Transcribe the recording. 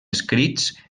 escrits